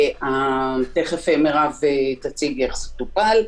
תיכף מירב תציג איך זה טופל.